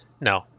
No